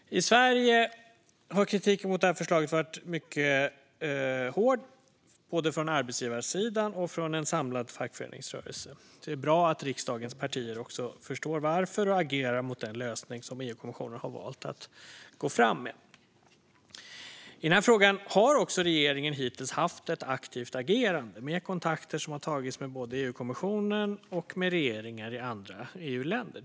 I Sverige har kritiken mot förslaget varit mycket hård både från arbetsgivarsidan och från en samlad fackföreningsrörelse. Det är bra att riksdagens partier också förstår varför och agerar mot den lösning som EU-kommissionen har valt att gå fram med. I den här frågan har också regeringen hittills haft ett aktivt agerande, med kontakter som har tagits med både EU-kommissionen och regeringar i andra EU-länder.